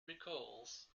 recalls